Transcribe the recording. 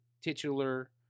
titular